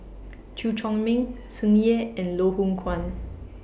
Chew Chor Meng Tsung Yeh and Loh Hoong Kwan